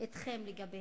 אתכם לגביהם.